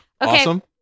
Awesome